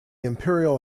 imperial